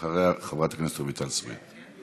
אחריה, חברת הכנסת רויטל סויד.